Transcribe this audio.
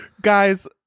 Guys